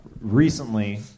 recently